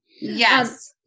Yes